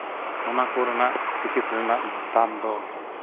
ᱚᱱᱟ ᱠᱚ ᱨᱮᱱᱟᱜ ᱴᱤᱠᱤᱴ ᱨᱮᱱᱟᱜ ᱫᱟᱢ ᱫᱚ